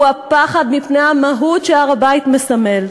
הוא הפחד מפני המהות שהר-הבית מסמל,